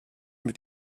mit